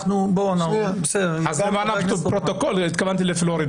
למען הפרוטוקול, התכוונתי לפלורידה.